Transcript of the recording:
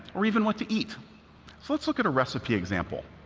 or even what to eat. so let's look at a recipe example.